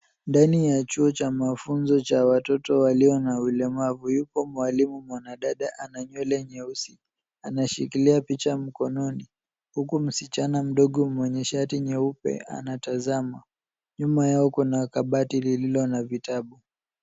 Ndani ya chuo cha mafunzo cha watoto walio na ulemavu yupo mwalimu mwanadada ana nywele nyeusi. Anashikilia picha mkononi huku msichana mdogo mwenye shati nyeupe anatazama .Nyuma yao kuna kabati lililo na vitabu.